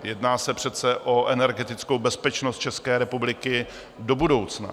Jedná se přece o energetickou bezpečnost České republiky do budoucna.